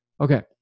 okay